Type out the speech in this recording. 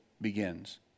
begins